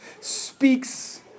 speaks